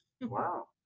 Wow